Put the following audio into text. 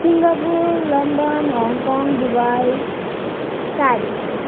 Singapore London Hong Kong Dubai Paris